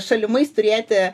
šalimais turėti